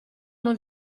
non